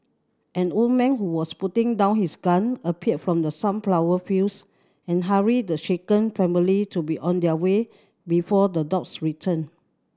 an old man who was putting down his gun appeared from the sunflower fields and hurried the shaken family to be on their way before the dogs return